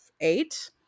eight